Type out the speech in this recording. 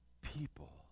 people